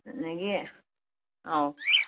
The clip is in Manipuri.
ꯑꯗꯒꯤ ꯑꯧ